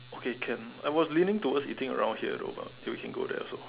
okay can I was leaning towards eating around here also we can go there also